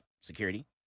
security